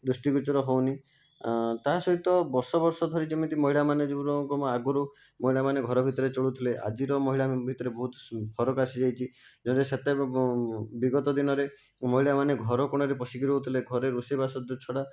ଦୃଷ୍ଟିଗୋଚର ହେଉନି ତାହା ସହିତ ବର୍ଷ ବର୍ଷ ଧରି ଯେମିତି ମହିଳାମାନେ ଯେଉଁ ରକମ ଆଗରୁ ମହିଳାମାନେ ଘର ଭିତରେ ଚଳୁଥିଲେ ଆଜିର ମହିଳାଙ୍କ ଭିତରେ ବହୁତ ଫରକ ଆସି ଯାଇଛି ଯେଉଁଟା ସେତେ ବିଗତ ଦିନରେ ମହିଳାମାନେ ଘର କୋଣରେ ପସିକି ରହୁଥିଲେ ଘରେ ରୋଷେଇବାସ ଦ ଛଡ଼ା